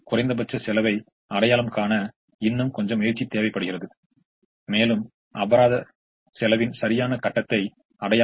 எனவே இதைப் பயன்படுத்தி எல்லா us மற்றும் vs களையும் இப்போது கணக்கிட்டுள்ளோம் மேலும் நாம் ஒரு நல்ல தொடக்கத் தீர்வோடு தொடங்கினால் எல்லா us மற்றும் vs சரியாக கணக்கிட முடியும்